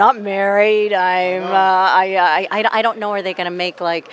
not married i i i don't know are they going to make like